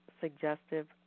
suggestive